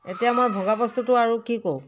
এতিয়া মই ভগা বস্তুটো আৰু কি কৰোঁ